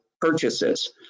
purchases